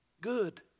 Good